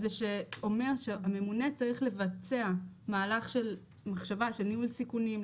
שאומר שהממונה צריך לבצע מהלך של מחשבה של ניהול סיכונים,